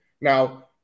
Now